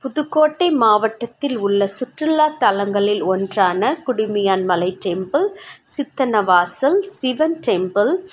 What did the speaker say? புதுக்கோட்டை மாவட்டத்தில் உள்ள சுற்றுலா தளங்களில் ஒன்றான குடுமியான் மலை டெம்பிள் சித்தன்னவாசல் சிவன் டெம்பிள்